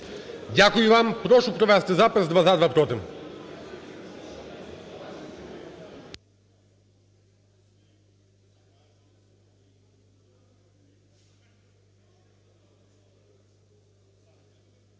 Дякую вам. Прошу провести запис: два – за, два – проти.